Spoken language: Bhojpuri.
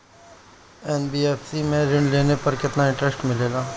एन.बी.एफ.सी से ऋण लेने पर केतना इंटरेस्ट मिलेला?